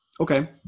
Okay